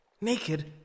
Naked